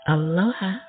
Aloha